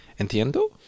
Entiendo